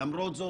למרות זאת,